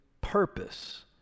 purpose